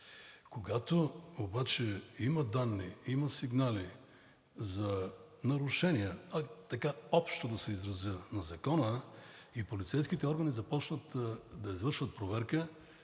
Когато обаче има данни, има сигнали за нарушения, така общо да се изразя, на закона и полицейските органи започнат да извършват проверка,